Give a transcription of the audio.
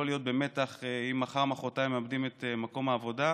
להיות במתח אם מחר-מוחרתיים מאבדים את מקום העבודה.